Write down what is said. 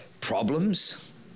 problems